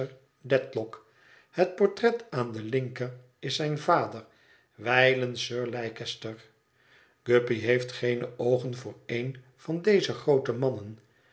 het portret aan de linker is zijn vader wijlen sir leicester guppy heeft geene oogen voor een van deze groote mannen